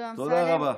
תודה רבה.